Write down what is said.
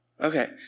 Okay